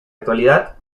actualidad